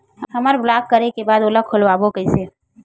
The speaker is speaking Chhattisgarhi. हमर ब्लॉक करे के बाद ओला खोलवाबो कइसे?